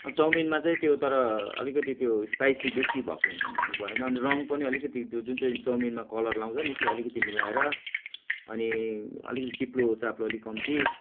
अँ चउमिनमा चाहिँ त्यो तर अलिकति त्यो स्पाइसी बेसी भएको हुनुभएन अनि रङ पनि अलिकति त्यो जुन चाहिँ चउमिनमा कलर लाउँछ नि त्यो अलिकति मिलाएर अनि अलिकति चिप्लो चाप्लो अलिक कम्ती